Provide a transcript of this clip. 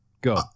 go